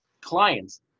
clients